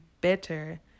better